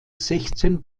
sechzehn